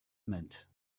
meant